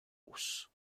rousse